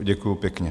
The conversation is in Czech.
Děkuji pěkně.